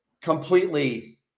Completely